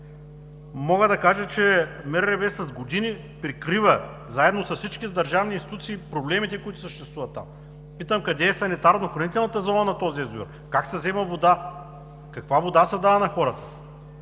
Мога да кажа, че МРРБ с години прикрива заедно с всички държавни институции проблемите, които съществуват там. Питам: къде е санитарно-охранителната зона на този язовир; как се взема вода; каква вода се дава на хората?